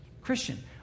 Christian